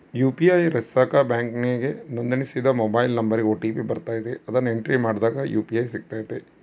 UPI ರಚಿಸಾಕ ಬ್ಯಾಂಕಿಗೆ ನೋಂದಣಿಸಿದ ಮೊಬೈಲ್ ನಂಬರಿಗೆ ಓ.ಟಿ.ಪಿ ಬರ್ತತೆ, ಅದುನ್ನ ಎಂಟ್ರಿ ಮಾಡಿದಾಗ ಯು.ಪಿ.ಐ ಸಿಗ್ತತೆ